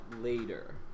later